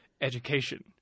education